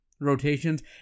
rotations